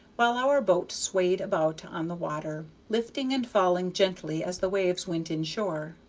while our boat swayed about on the water, lifting and falling gently as the waves went in shore.